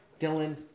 Dylan